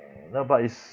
no but it's